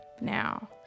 Now